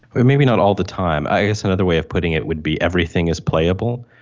yeah maybe not all the time. i guess another way of putting it would be everything is playable,